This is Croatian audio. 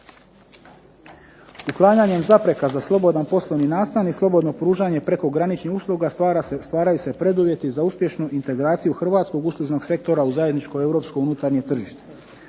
Uklanjanjem zapreka za slobodan poslovni nastan i slobodno pružanje prekograničnih usluga stvaraju se preduvjeti za uspješnu integraciju hrvatskog uslužnog sektora u zajedničko europsko unutarnje tržište.